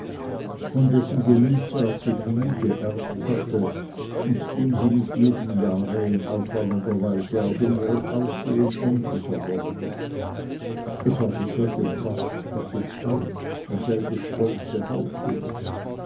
von dessen gemütsart sie viel geerbt hatte und dem sie mit jedem jahre in auffallender weise auch in ihrem aussehen ähnlicher wurde es war dieselbe pracht der gestalt dieselbe stolze haltung